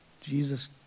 Jesus